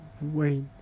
wait